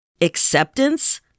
Acceptance